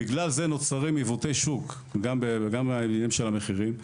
בגלל זה נוצרים עיוותי שוק, גם בענייני המחירים.